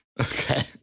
Okay